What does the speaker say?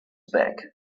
bag